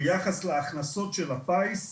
ביחס להכנסות של הפיס,